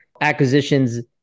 acquisitions